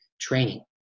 training